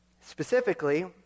Specifically